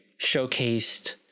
showcased